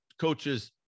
coaches